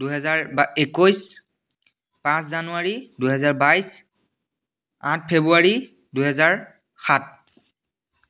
দুহেজাৰ একৈছ পাঁচ জানুৱাৰী দুহেজাৰ বাইছ আঠ ফেব্ৰুৱাৰী দুহেজাৰ সাত